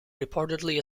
reportedly